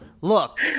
Look